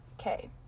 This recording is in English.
Okay